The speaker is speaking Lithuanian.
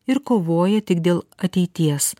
ir kovoja tik dėl ateities